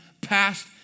past